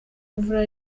mvura